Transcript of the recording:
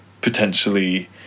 potentially